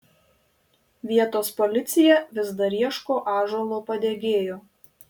vietos policija vis dar ieško ąžuolo padegėjo